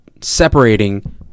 separating